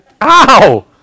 Ow